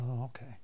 okay